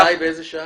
באיזו שעה?